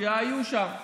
שהיו שם.